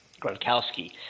Gronkowski